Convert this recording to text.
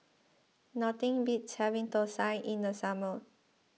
nothing beats having Thosai in the summer